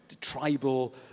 tribal